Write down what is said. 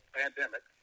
pandemic